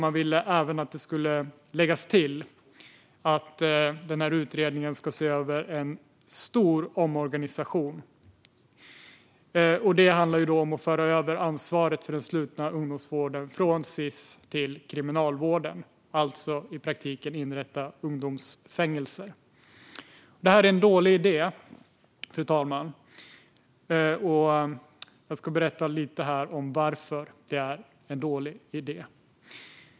Man ville lägga till att utredningen ska se över en stor omorganisation som handlar om att föra över ansvaret för den slutna ungdomsvården från Sis till Kriminalvården, alltså i praktiken inrätta ungdomsfängelser. Det här är en dålig idé, fru talman, och jag ska berätta lite grann om varför.